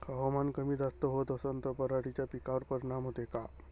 हवामान कमी जास्त होत असन त पराटीच्या पिकावर परिनाम होते का?